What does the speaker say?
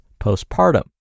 postpartum